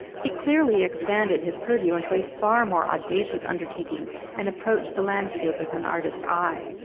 he clearly expanded his purview into a far more audacious undertaking and approached the landscape with an artist's eye.